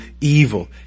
evil